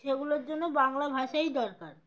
সেগুলোর জন্য বাংলা ভাষাই দরকার